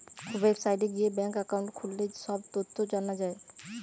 ওয়েবসাইটে গিয়ে bank account খুললে সব তথ্য জানা যায়